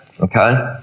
okay